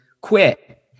quit